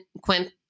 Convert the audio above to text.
Quint